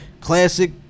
classic